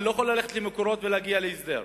אני לא יכול ללכת ל"מקורות" ולהגיע להסדר,